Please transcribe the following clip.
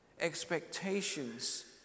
expectations